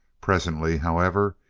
presently, however,